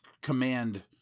command